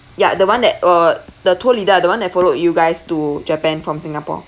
ya the one that uh the tour leader the one that followed you guys to japan from singapore